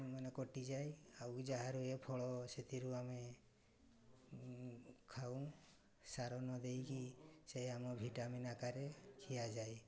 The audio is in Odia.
ମାନେ କଟିଯାଏ ଆଉ ଯାହା ରୁହେ ଫଳ ସେଥିରୁ ଆମେ ଖାଉ ସାର ନଦେଇକି ସେ ଆମ ଭିଟାମିନ୍ ଆକାରରେ ଖିଆଯାଏ